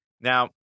Now